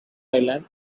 island